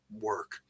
work